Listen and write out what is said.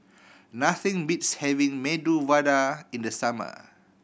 nothing beats having Medu Vada in the summer